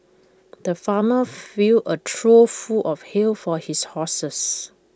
the farmer filled A trough full of hay for his horses